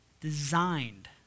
designed